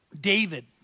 David